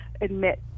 admit